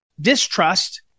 Distrust